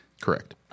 Correct